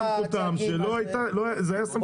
זאת הייתה סמכות מיותרת שהם קיבלו.